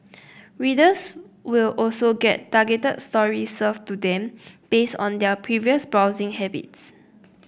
readers will also get targeted stories served to them based on their previous browsing habits